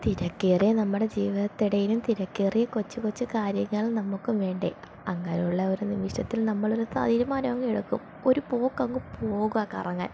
തിരക്കേറിയ നമ്മുടെ ജീവിതത്തിനിടയിലും തിരക്കേറിയ കൊച്ച് കൊച്ച് കാര്യങ്ങൾ നമുക്കും വേണ്ടേ അങ്ങനുള്ള ഒരു നിമിഷത്തിൽ നമ്മളൊരു തീരുമാനം അങ്ങ് എടുക്കും ഒരു പോക്കങ് പോകാം കറങ്ങാൻ